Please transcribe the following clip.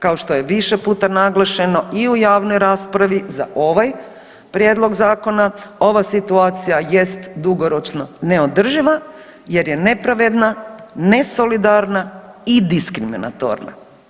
Kao što je više puta naglašeno i u javnoj raspravi za ovaj prijedlog zakona ova situacija jest dugoročno neodrživa, jer je nepravedna, nesolidarna i diskriminatorna.